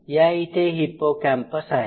या इथे हिप्पोकॅम्पस आहे